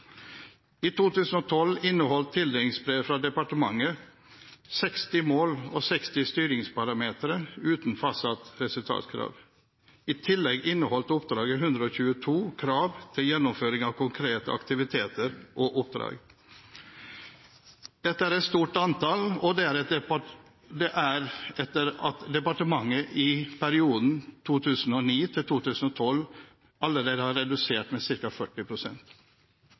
I 2012 inneholdt tildelingsbrevet fra departementet 60 mål og 60 styringsparametere uten fastsatt resultatkrav. I tillegg inneholdt oppdraget 122 krav til gjennomføring av konkrete aktiviteter og oppdrag. Dette er et stort antall, og det er etter at departementet i perioden 2009–2012 allerede har redusert med